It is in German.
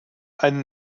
eine